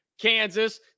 Kansas